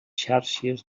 xàrcies